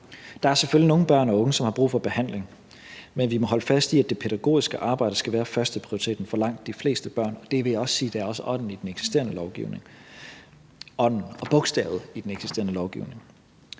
Der er selvfølgelig nogle børn og unge, som har brug for behandling, men vi må holde fast i, at det pædagogiske arbejde skal være førsteprioriteten for langt de fleste børn, og det vil jeg også sige er ånden og bogstavet i den eksisterende lovgivning.